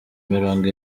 mirongo